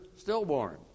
stillborn